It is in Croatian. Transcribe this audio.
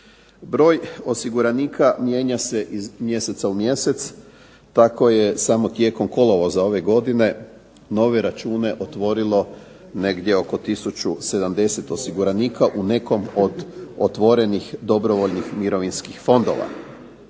Broj osiguranika mijenja se iz mjeseca u mjesec. Tako je samo tijekom kolovoza ove godine nove račune otvorilo negdje oko 1070 osiguranika u nekom od otvorenih dobrovoljnih mirovinskih fondova.